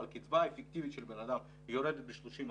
אבל קצבה אפקטיבית של בן אדם יורדת ב-305,